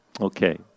Okay